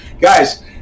guys